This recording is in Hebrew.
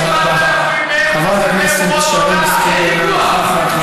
אבל יש 7,000 חסידי אומות עולם.